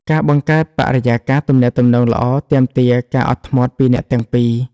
ការបង្កើតបរិយាកាសទំនាក់ទំនងល្អទាមទារការអត់ធ្មត់ពីអ្នកទាំងពីរ។